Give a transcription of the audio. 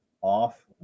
off